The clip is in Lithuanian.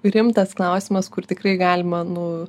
rimtas klausimas kur tikrai galima nu